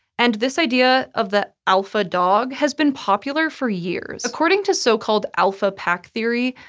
and this idea of the alpha dog has been popular for years. according to so-called alpha pack theory,